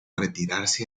retirarse